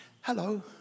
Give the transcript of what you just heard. Hello